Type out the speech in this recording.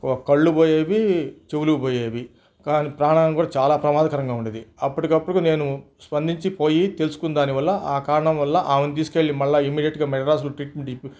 కళ్ళు పోయేవి చెవులు పోయేవి కానీ ప్రాణం కూడా చాలా ప్రమాదకరంగా ఉండేది అప్పటికప్పుడికి నేను స్పందించి పోయి తెలుసుకుందాని వల్ల ఆ కారణం వల్ల ఆమెను తీసుకెళ్ళి మళ్ళా ఇమ్మీడియేట్గా మెడ్రాస్లో ట్రీట్మెంట్ ఇప్